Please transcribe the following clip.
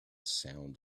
sound